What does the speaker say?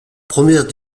première